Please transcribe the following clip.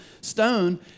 stone